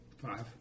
Five